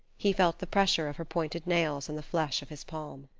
he felt the pressure of her pointed nails in the flesh of his palm.